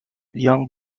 young